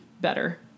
better